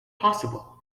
possible